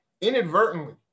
inadvertently